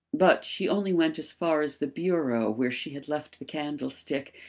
but she only went as far as the bureau where she had left the candlestick,